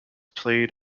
played